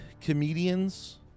comedians